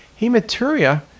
hematuria